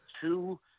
two